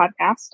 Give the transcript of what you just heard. podcast